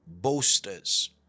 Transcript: boasters